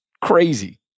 crazy